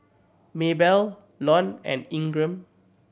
Maybell Lon and Ingram